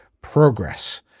progress